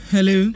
Hello